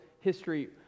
history